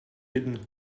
hidden